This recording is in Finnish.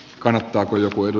kannattaako jo puitu